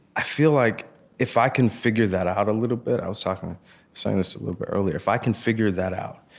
i feel like if i can figure that out a little bit i was talking, saying this a little bit earlier if i can figure that out,